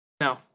No